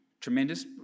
tremendous